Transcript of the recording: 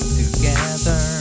together